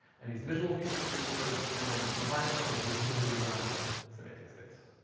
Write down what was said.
and these visual features for each word, and then combine them into this visually grounded semantics base.